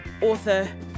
author